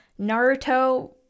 Naruto